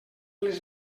les